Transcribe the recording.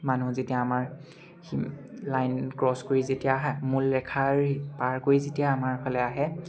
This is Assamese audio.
মানুহ যেতিয়া আমাৰ সী লাইন ক্ৰছ কৰি যেতিয়া হা মূল ৰেখাৰ ইপাৰ কৰি যেতিয়া আমাৰ ফালে আহে